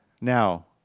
now